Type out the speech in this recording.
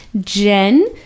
Jen